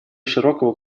широкого